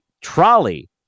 trolley